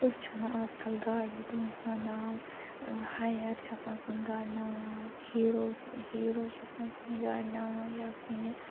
أسۍ چھِ اَنان آز کل گاڑِ تِمن چھُ آسان ناو ہایر چھِ آسان کُنہِ گاڑِ ناو ہیٖرو ہیٖرو چھُ آسان کُنہِ گاڑِ ناو یا کُنہِ